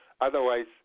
Otherwise